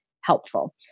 helpful